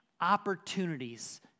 opportunities